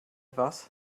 was